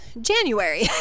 January